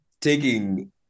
taking